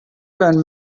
and